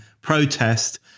protest